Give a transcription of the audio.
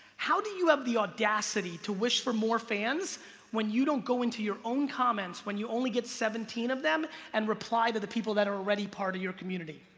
how do you have the audacity to wish for more fans when you don't go into your own comments when you only get seventeen of them, and reply to the people that are already part of your community?